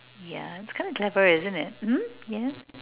yeah it's kind of clever isn't it mm yes